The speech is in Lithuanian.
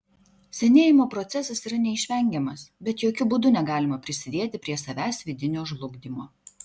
senėjimo procesas yra neišvengiamas bet jokiu būdu negalima prisidėti prie savęs vidinio žlugdymo